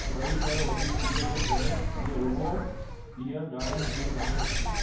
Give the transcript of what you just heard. भई पर वधीक सीअ जे करे ईअ रुॻो इहा ॻाल्हि बि न आहे